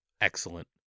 excellent